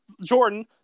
Jordan